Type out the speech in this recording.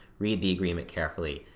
read the agreement carefully,